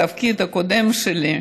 בתפקיד הקודם שלי,